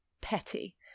petty